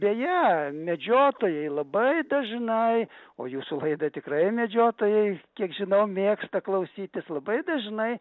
deja medžiotojai labai dažnai o jūsų laidą tikrai medžiotojai kiek žinau mėgsta klausytis labai dažnai